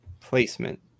placement